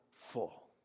full